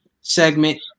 segment